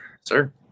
Sir